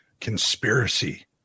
Conspiracy